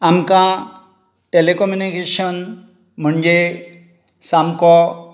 आमकां टॅलिकम्युनिकेशन म्हणजे सामको